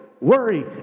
worry